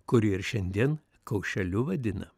kurį ir šiandien kaušeliu vadina